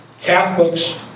Catholics